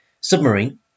submarine